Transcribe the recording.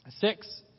Six